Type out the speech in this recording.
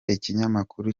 ikinyamakuru